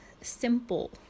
simple